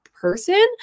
person